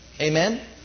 Amen